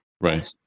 Right